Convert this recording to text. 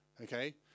okay